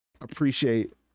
appreciate